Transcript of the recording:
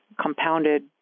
compounded